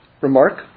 remark